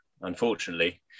unfortunately